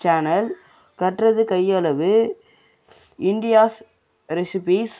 channel கற்றது கையளவு India's recipes